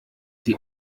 die